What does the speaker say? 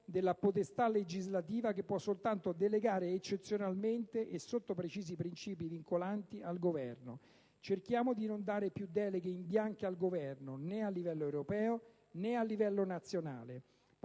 della potestà legislativa che può soltanto delegare eccezionalmente e sotto precisi principi vincolanti, al Governo. Cerchiamo di non dare più deleghe in bianco al Governo, né a livello europeo né a livello nazionale.